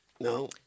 No